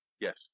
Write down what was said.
Yes